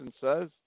says